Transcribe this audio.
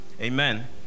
Amen